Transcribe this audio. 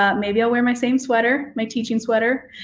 um maybe i'll wear my same sweater, my teaching sweater.